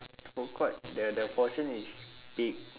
food court the the portion is big